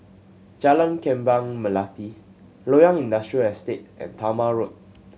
Jalan Kembang Melati Loyang Industrial Estate and Talma Road